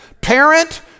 Parent